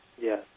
Yes